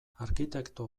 arkitekto